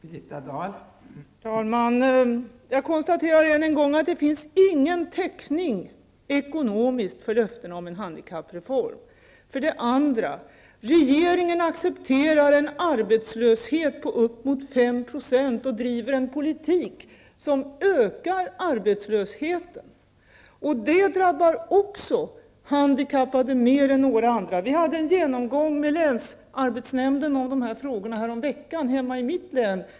Fru talman! Jag konstaterar än en gång att det inte finns någon ekonomisk täckning för löftena om en handikappreform. Dessutom accepterar regeringen en arbetslöshet på bortåt 5 % och driver en politik som ökar arbetslösheten. Detta drabbar handikappade mer än några andra. Vi hade härom veckan en genomgång av de här frågorna med länsarbetsnämnden hemma i mitt län.